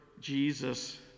Jesus